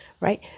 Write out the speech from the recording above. right